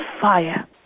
fire